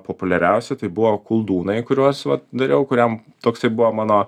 populiariausi tai buvo koldūnai kuriuos dariau kuriam toksai buvo mano